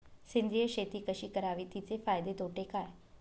सेंद्रिय शेती कशी करावी? तिचे फायदे तोटे काय?